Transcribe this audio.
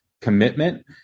commitment